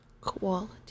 Quality